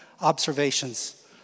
observations